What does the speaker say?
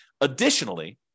Additionally